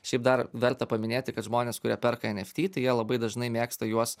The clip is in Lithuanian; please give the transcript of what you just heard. šiaip dar verta paminėti kad žmonės kurie perka eft tai jie labai dažnai mėgsta juos